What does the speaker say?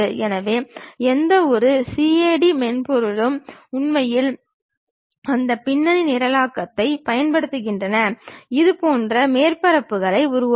எனவே எந்தவொரு சிஏடி மென்பொருளும் உண்மையில் அந்த பின்னணி நிரலாக்கத்தைப் பயன்படுத்துகின்றன இதுபோன்ற மேற்பரப்புகளை உருவாக்க